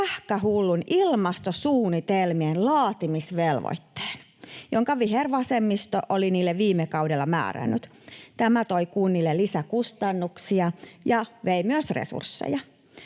pähkähullun ilmastosuunnitelmien laatimisvelvoitteen, jonka vihervasemmisto oli niille viime kaudella määrännyt. Se toi kunnille lisäkustannuksia ja vei myös resursseja.